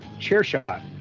CHAIRSHOT